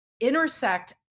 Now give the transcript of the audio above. intersect